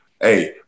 Hey